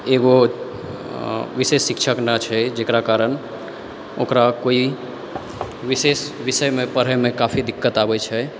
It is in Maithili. एगो विशेष शिक्षक हमरा छै जेकरा कारण ओकरा कोई विशेष विषयमे पढ़यमे काफी दिक्कत आबै छै